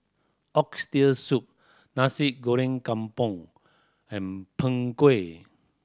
Oxtail Soup Nasi Goreng Kampung and Png Kueh